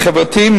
החברתיים,